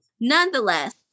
nonetheless